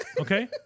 Okay